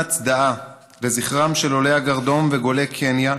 הצדעה לזכרם של עולי הגרדום וגולי קניה,